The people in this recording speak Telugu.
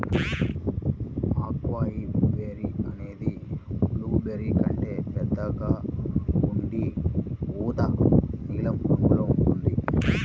అకాయ్ బెర్రీ అనేది బ్లూబెర్రీ కంటే పెద్దగా ఉండి ఊదా నీలం రంగులో ఉంటుంది